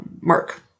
Mark